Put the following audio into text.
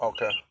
Okay